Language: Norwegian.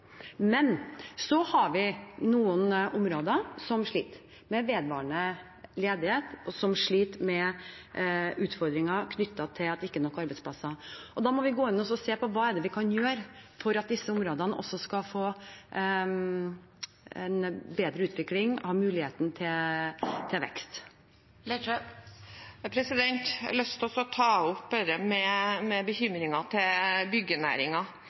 Så har vi noen områder som sliter med vedvarende ledighet, og som sliter med utfordringer knyttet til at det ikke er nok arbeidsplasser. Da må vi gå inn og se på hva vi kan gjøre for at disse områdene også skal få en bedre utvikling og ha mulighet til vekst. Jeg har også lyst til å ta opp